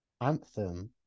anthem